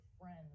friends